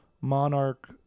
monarch